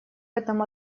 этом